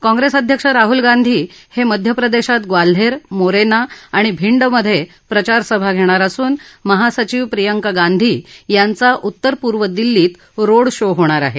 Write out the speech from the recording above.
काँग्रेस अध्यक्ष राहल गांधी हे मध्य प्रदेशात ग्वाल्हेर मोरेना आणि भिंडमधे प्रचारसभा घेणार असून महासचिव प्रियंका गांधी यांचा उत्तर पूर्व दिल्लीत रोडशो होणार आहे